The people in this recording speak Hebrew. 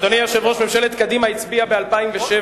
אדוני היושב-ראש, ממשלת קדימה הצביעה ב-2007,